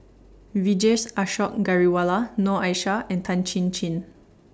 Vijesh Ashok Ghariwala Noor Aishah and Tan Chin Chin